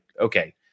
okay